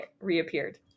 reappeared